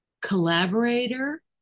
collaborator